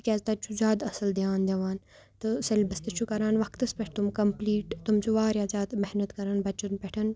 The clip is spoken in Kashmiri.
تِکیازِ تتہِ چھُ زیادٕ اصل دیان دوان تہٕ سیٚلبس تہِ چھُ کران وقتس پٮ۪ٹھ تِم کمپلیٖٹ تِم چھ واریاہ زیادٕ محنت کران بچن پٮ۪ٹھ